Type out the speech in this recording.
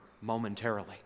momentarily